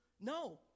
No